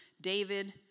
David